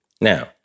Now